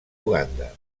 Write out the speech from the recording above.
uganda